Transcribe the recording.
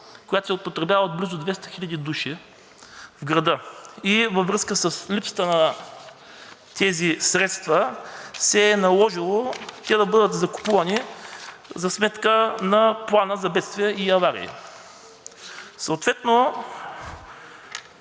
която се употребява от близо 200 хиляди души в града, и във връзка с липсата на тези средства се е наложило те да бъдат закупувани за сметка на Плана за бедствия и аварии.